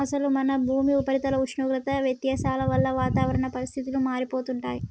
అసలు మన భూమి ఉపరితల ఉష్ణోగ్రత వ్యత్యాసాల వల్ల వాతావరణ పరిస్థితులు మారిపోతుంటాయి